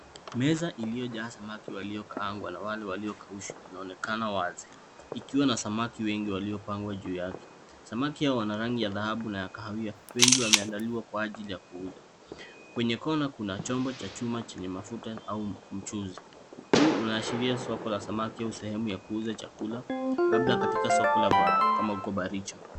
Meza iliyojaa samaki waliokaangwa na wale waliokaushwa inaonekana wazi, ikiwa na samaki wengi waliopangwa juu yake. Samaki hawa wana rangi ya dhahabu na ya kahawia. Wengi wameandaliwa kwa ajili ya kuuzwa. Kwenye kona kuna chombo cha chuma chenye mafuta au mchuzi. Huu unaashiria soko la samaki au sehemu ya kuuza chakula labda katika soko la kama huko baricho.